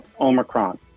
Omicron